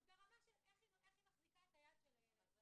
ברמה של איך המטפלת מחזיקה את היד של הילד.